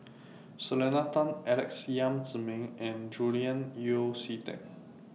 Selena Tan Alex Yam Ziming and Julian Yeo See Teck